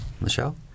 Michelle